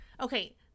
Okay